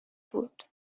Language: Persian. بود